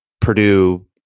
Purdue